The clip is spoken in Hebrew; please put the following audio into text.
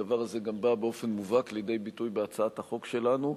והדבר הזה גם בא באופן מובהק לידי ביטוי בהצעת החוק שלנו.